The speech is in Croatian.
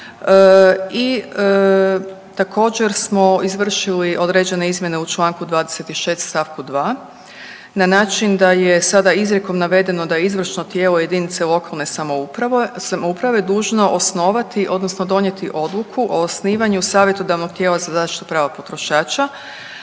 I također smo izvršili određene izmjene u članku 26. stavku 2. na način da je sada izrijekom navedeno da je izvršno tijelo jedinice lokalne samouprave dužno osnovati, odnosno donijeti odluku o osnivanju savjetodavnog tijela za zaštitu prava potrošača